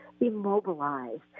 immobilized